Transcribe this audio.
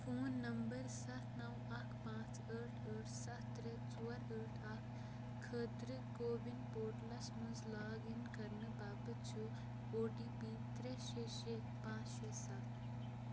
phone number سَتھ نَو اَکھ پانژھ ٲٹھ ٲٹھ سَتھ ترٛےٚ ژور ٲٹھ اَکھ خٲطرٕ کووِن پورٹلس مَنٛز لاگ اِن کرنہٕ باپتھ چھُ او ٹی پی ترٛےٚ شےٚ شےٚ پانژھ شےٚ سَتھ